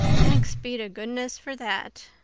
thanks be to goodness for that,